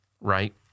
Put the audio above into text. Right